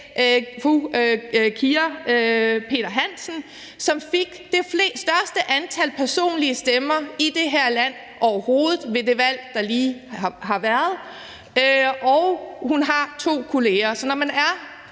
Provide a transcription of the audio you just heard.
fru Kira Marie Peter-Hansen, som fik det største antal personlige stemmer i det her land overhovedet ved det valg, der lige har fundet sted, og hun har to kolleger.